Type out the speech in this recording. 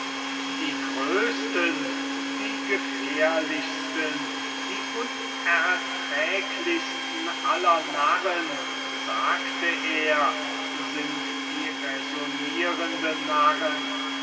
die größten die gefährlichsten die unerträglichsten aller narren sagte er sind die raisonnierenden